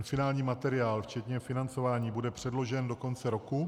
Finální materiál včetně financování bude předložen do konce roku.